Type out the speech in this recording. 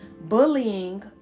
Bullying